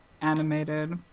animated